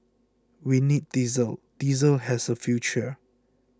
we need diesel diesel has a future